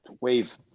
wave